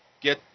get